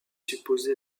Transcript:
supposer